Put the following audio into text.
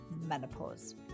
menopause